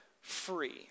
free